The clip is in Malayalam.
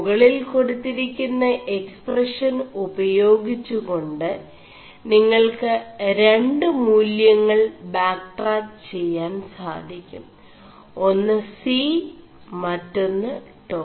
മുകളിൽ െകാടുøിരി ുM എക്സ്4പഷൻ ഉപേയാഗിggെകാ് നിÆൾ ് രു മൂലçÆൾ ബാ ് 4ടാ ് െചാൻ സാധി ും ഒMു C മൊM് േടാ